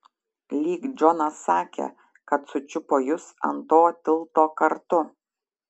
lyg džonas sakė kad sučiupo jus ant to tilto kartu